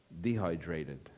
dehydrated